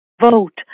vote